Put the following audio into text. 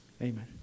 Amen